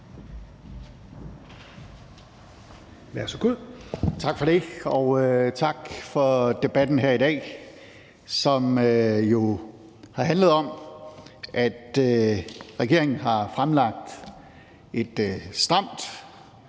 Wammen): Tak for det, og tak for debatten her i dag, som jo har handlet om, at regeringen har fremlagt et stramt